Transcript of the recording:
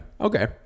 okay